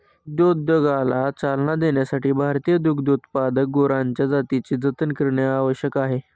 दुग्धोद्योगाला चालना देण्यासाठी भारतीय दुग्धोत्पादक गुरांच्या जातींचे जतन करणे आवश्यक आहे